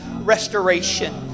restoration